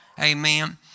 Amen